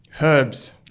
herbs